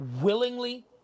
willingly